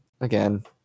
again